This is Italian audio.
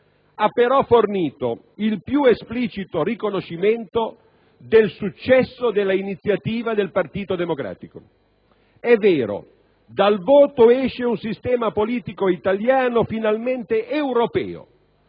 ha però fornito il più esplicito riconoscimento del successo dell'iniziativa del Partito Democratico. È vero che dal voto esce un sistema politico italiano finalmente europeo,